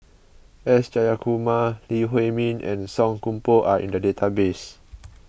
S Jayakumar Lee Huei Min and Song Koon Poh are in the database